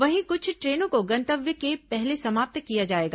वहीं कुछ ट्रेनों को गंतव्य के पहले समाप्त किया जाएगा